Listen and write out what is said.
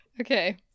Okay